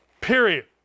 Period